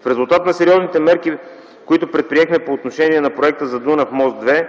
В резултат на сериозните мерки, които предприехме по отношение на проекта за Дунав мост 2,